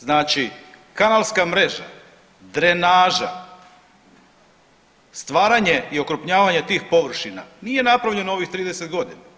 Znači kanalska mreža, drenaža, stvaranje i okrupnjavanje tih površina nije napravljeno u ovih 30 godina.